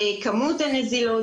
כמות הנזילות,